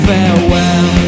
Farewell